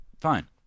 Fine